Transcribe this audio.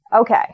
Okay